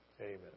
amen